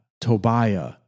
Tobiah